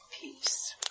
peace